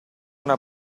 una